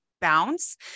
Bounce